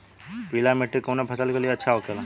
पीला मिट्टी कोने फसल के लिए अच्छा होखे ला?